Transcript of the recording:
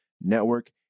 Network